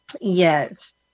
Yes